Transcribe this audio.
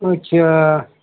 अच्छा